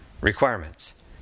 Requirements